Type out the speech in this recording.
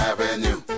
Avenue